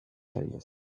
playlist